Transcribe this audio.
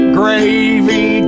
gravy